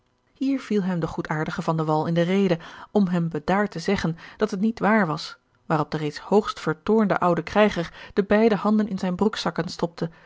hier viel hem de goedaardige van de wall in de rede om hem bedaard te zeggen dat het niet waar was waarop de reeds hoogst vertoornde oude krijger de beide handen in zijne broekzakken stopte